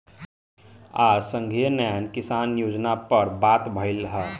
आज संघीय न्याय किसान योजना पर बात भईल ह